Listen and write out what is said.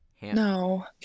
No